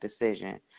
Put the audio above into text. decision